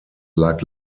lag